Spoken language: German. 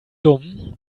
dumm